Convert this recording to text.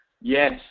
Yes